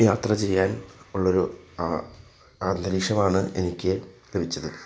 യാത്ര ചെയ്യാൻ ഉള്ളൊരു അന്തരീക്ഷമാണ് എനിക്ക് ലഭിച്ചത്